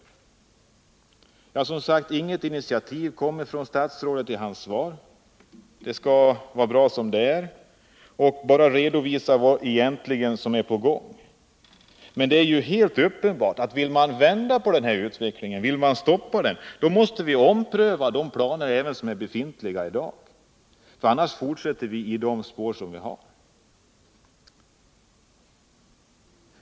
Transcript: Det kom som sagt inget initiativ från statsrådet i hans svar. Det skall vara bra som det är. Han redovisar egentligen bara vad som är på gång. Men det är helt uppenbart att om vi vill vända den här utvecklingen måste vi ompröva även de planer som i dag är fastställda. Annars fortsätter vi i de gamla spåren.